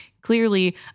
clearly